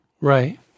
Right